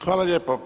Hvala lijepo.